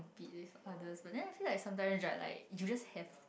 with others but then I feel like something you are like you just have